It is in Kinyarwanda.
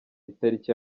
itariki